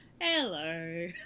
Hello